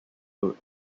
load